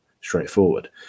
straightforward